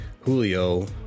Julio